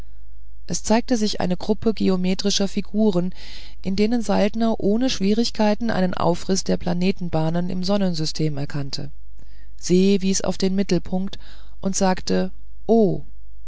es zeigte sich eine gruppe geometrischer figuren in denen saltner ohne schwierigkeit einen aufriß der planetenbahnen im sonnensystem erkannte se wies auf den mittelpunkt und sagte o